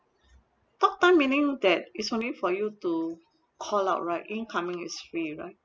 talk time meaning that it's only for you to call out right incoming is free right